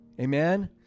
Amen